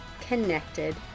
connected